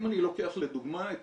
אם אני לוקח לדוגמה את